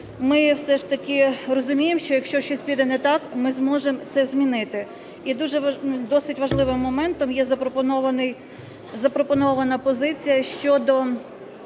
ми все ж таки розуміємо, що якщо щось піде не так, ми зможемо це змінити. І дуже досить важливим моментом є запропонована позиція щодо